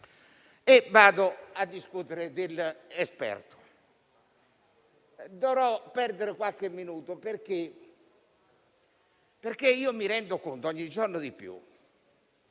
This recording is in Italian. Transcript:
alla questione dell'esperto, dovrò perdere qualche minuto, perché mi rendo conto ogni giorno di più